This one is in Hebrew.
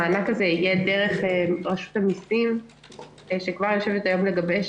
המענק הזה יהיה דרך רשות המסים שכבר יושבת היום לגבש